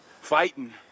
...fighting